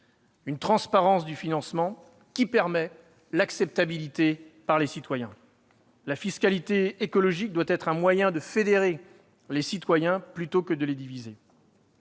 la transparence du financement ; de ce fait, l'acceptabilité par les citoyens. La fiscalité écologique doit être un moyen de fédérer les citoyens plutôt que de les diviser.